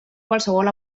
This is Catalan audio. qualsevol